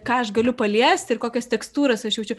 ką aš galiu paliesti ir kokias tekstūras aš jaučiu